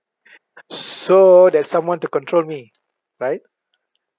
s~ so there's someone to control me right